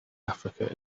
africa